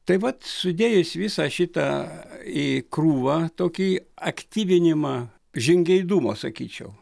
tai vat sudėjus visą šitą į krūvą tokį aktyvinimą žingeidumo sakyčiau